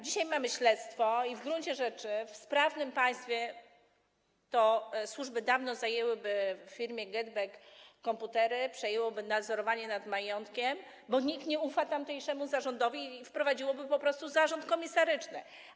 Dzisiaj mamy śledztwo i w gruncie rzeczy w sprawnym państwie służby dawno zajęłyby firmie GetBack komputery, przejęłyby nadzorowanie nad majątkiem, bo nikt nie ufa tamtejszemu zarządowi, i wprowadziłyby po prostu zarząd komisaryczny.